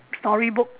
story book